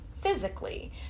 physically